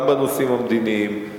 גם בנושאים המדיניים,